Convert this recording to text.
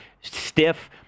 stiff